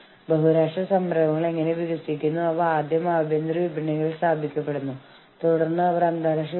അനുവദനീയമായ വിലപേശൽ വിഷയങ്ങൾ കൂട്ടായ വിലപേശൽ സമയത്ത് ഇരു കക്ഷികളും അങ്ങനെ ചെയ്യാൻ സമ്മതിച്ചിട്ടുണ്ടെങ്കിൽ ചർച്ച ചെയ്യാം